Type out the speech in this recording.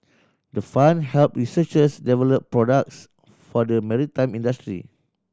the fund help researchers develop products for the maritime industry